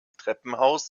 treppenhaus